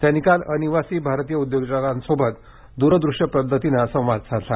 त्यांनी काल अनिवासी भारतीय उद्योजकांसोबत दूरदृष्य पद्धतीनं संवाद साधला